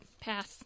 Pass